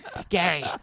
Scary